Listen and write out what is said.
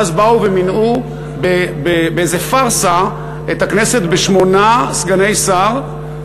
ואז באו ומילאו באיזה פארסה את הכנסת בשמונה סגני שר,